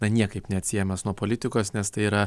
na niekaip neatsiejamas nuo politikos nes tai yra